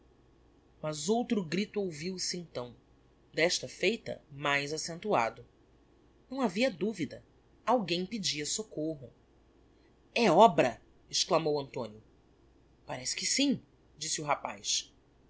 mas outro grito ouviu-se então d'esta feita mais accentuado não havia duvida alguém pedia soccorro é obra exclamou antonio parêsque sim disse o rapaz